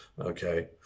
Okay